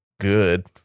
good